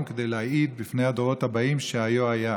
כדי להעיד בפני הדורות הבאים על שהיה היה.